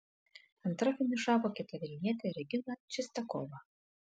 antra finišavo kita vilnietė regina čistiakova